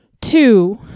two